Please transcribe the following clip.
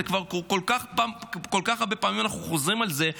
כל כך הרבה פעמים אנחנו חוזרים על זה,